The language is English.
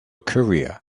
career